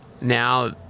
now